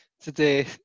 today